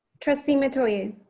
trustee metoyer.